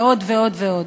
ועוד ועוד ועוד.